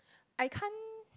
I can't